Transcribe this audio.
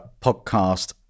podcast